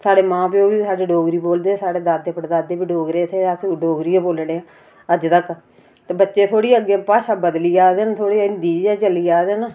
साढ़े मां प्यो बी साढञे डोगरी बोलदे साढ़े दादे पड़दादे बी डोगरे थे अस डोगरी गै बोलने आं अज्ज तक्कर ते बच्चे थोह्ड़ी अग्गै भाषा बदली जा दे न थोह्ड़ी जेही हिंदी च चली जा दे न